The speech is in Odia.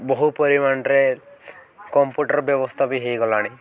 ବହୁ ପରିମାଣରେ କମ୍ପ୍ୟୁଟର ବ୍ୟବସ୍ଥା ବି ହେଇଗଲାଣି